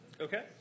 Okay